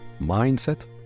Mindset